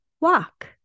walk